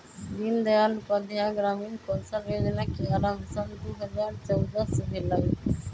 दीनदयाल उपाध्याय ग्रामीण कौशल जोजना के आरम्भ सन दू हज़ार चउदअ से भेलइ